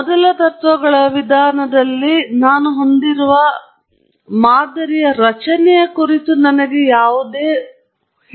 ಮೊದಲ ತತ್ವಗಳ ವಿಧಾನದಲ್ಲಿ ನಾನು ಹೊಂದಿರುವ ಮಾದರಿಯ ರಚನೆಯ ಕುರಿತು ನನಗೆ ಯಾವುದೇ ಹೇಳಿಕೆಯಿಲ್ಲ